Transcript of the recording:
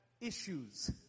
issues